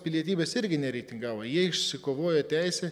pilietybės irgi nereitingavo ji išsikovojo teisę